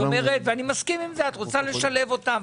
אני מסכים עם זה שאת אומרת שרוצים לשלב אותם.